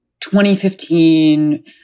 2015